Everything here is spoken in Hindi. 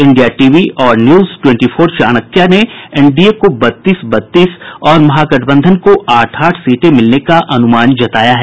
इंडिया टीवी और न्यूज टवेंटी फोर चाणक्य ने एनडीए को बत्तीस बत्तीस और महागठबंधन को आठ आठ सीटें मिलने का अनुमान जताया है